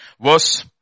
Verse